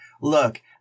look